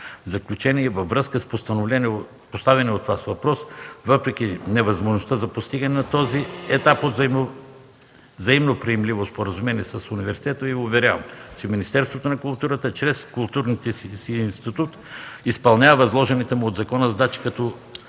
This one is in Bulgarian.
въпреки невъзможността за постигане на този етап на взаимно приемливо споразумение с университета, Ви уверявам, че Министерството на културата чрез културния си институт изпълнява възложените му от закона задачи, като